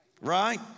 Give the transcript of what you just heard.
right